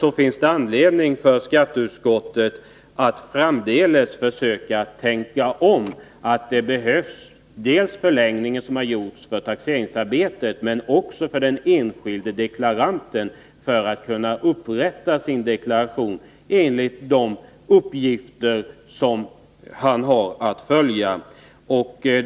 Det finns därför anledning för skatteutskottet att framdeles tänka om och komma fram till att den förlängning av tiden för taxeringsarbetet som genomförts visserligen var motiverad men att det också behövs längre tid för den enskilde deklaranten att upprätta sin deklaration enligt de anvisningar som han eller hon har att följa.